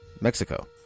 Mexico